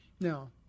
Now